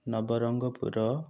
Nabarangpur